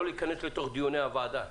לא להיכנס לתוך דיוני הוועדה.